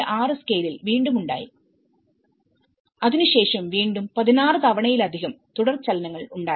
6 scale വീണ്ടും ഉണ്ടായി അതിനുശേഷം വീണ്ടും 16 തവണയിലധികം തുടർചലനങ്ങൾ ഉണ്ടായി